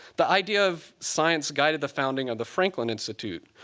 the idea of science guided the founding of the franklin institute,